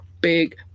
Big